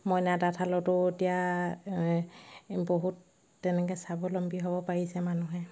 মইনা তাঁতশালতো এতিয়া বহুত তেনেকৈ স্বাৱলম্বী হ'ব পাৰিছে মানুহে